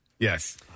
Yes